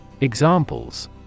Examples